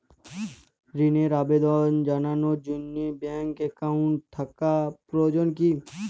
ঋণের আবেদন জানানোর জন্য ব্যাঙ্কে অ্যাকাউন্ট থাকা প্রয়োজন কী?